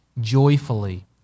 joyfully